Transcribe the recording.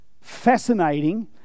fascinating